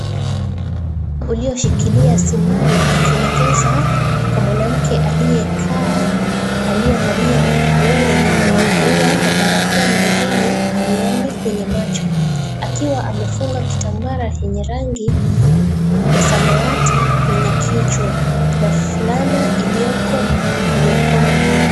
Ulioshikilia sindano ukielekeza kwa mwanamke aliyekaa aliyevalia nguo yenye maua maua na barakoa mdomoni na miwani kwenye macho, akiwa amefunga kitambara kenye rangi ya samawati kwenye kichwa na fulana ilioko kwenye mkono mmoja.